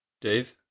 Dave